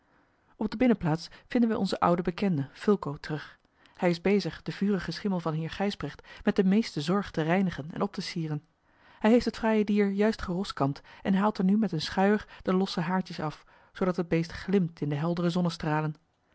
op de binnenplaats vinden wij onzen ouden bekende fulco terug hij is bezig den vurigen schimmel van heer gijsbrecht met de meeste zorg te reinigen en op te sieren hij heeft het fraaie dier juist geroskamd en haalt er nu met een schuier de losse haartjes af zoodat het beest glimt in de heldere zonnestralen